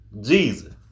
Jesus